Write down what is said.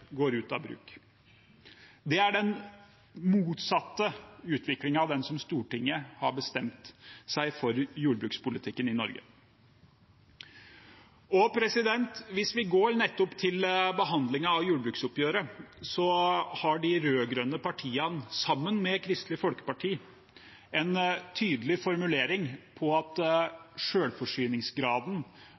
går ut av bruk. Det er den motsatte utviklingen av den som Stortinget har bestemt for jordbrukspolitikken i Norge. Hvis vi går nettopp til behandlingen av jordbruksoppgjøret, har de rød-grønne partiene, sammen med Kristelig Folkeparti, en tydelig formulering om at